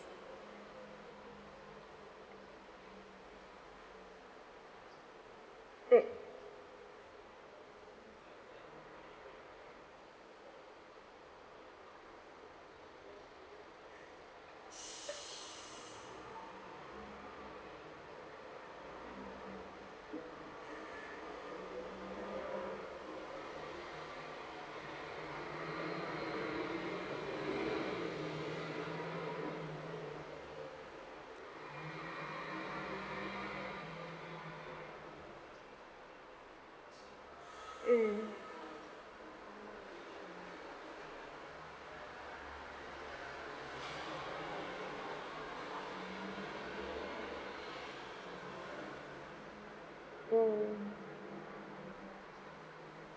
mm mm mm